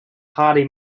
highly